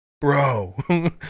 Bro